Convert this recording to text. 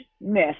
miss